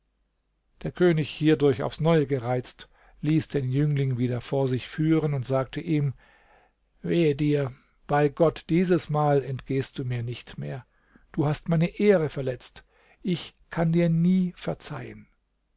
der könig hierdurch aufs neue gereizt ließ den jüngling wieder vor sich führen und sagte ihm wehe dir bei gott dieses mal entgehst du mir nicht mehr du hast meine ehre verletzt ich kann dir nie verzeihen